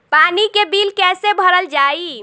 पानी के बिल कैसे भरल जाइ?